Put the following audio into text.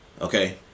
Okay